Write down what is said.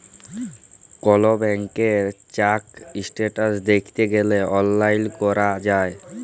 call ব্যাংকের check status দ্যাইখতে গ্যালে অললাইল ক্যরা যায়